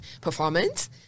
performance